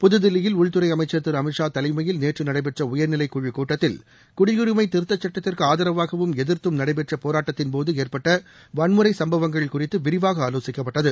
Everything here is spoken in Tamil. புதுதில்லியில் உள்துறை அமைச்சர் திரு அமித் ஷா தலைமையில் நேற்று நடைபெற்ற உயர்நிலைக் குழுக் கூட்டத்தில் குடியுரிமை திருத்த சட்டத்திற்கு ஆதரவாகவும் எதிர்த்தும் நடைபெற்ற போராட்டத்தின்போது ஏற்பட்ட வன்முறை சம்பவங்கள் குறித்து விரிவாக ஆலோசிக்கப்பட்டது